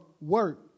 work